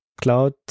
cloud